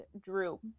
Drew